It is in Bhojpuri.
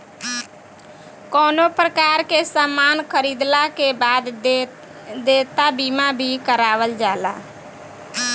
कवनो प्रकार के सामान खरीदला के बाद देयता बीमा भी करावल जाला